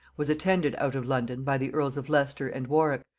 was attended out of london by the earls of leicester and warwick,